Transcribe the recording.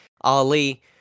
Ali